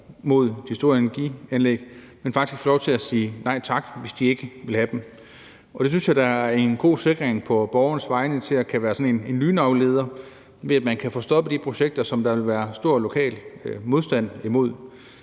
mod de store energianlæg, men faktisk får lov til at sige nej tak, hvis de ikke vil have dem. Det synes jeg er en god sikring på borgernes vegne, som kan være sådan en lynafleder, ved at man kan få stoppet de projekter, som der vil være stor lokal modstand imod.